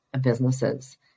businesses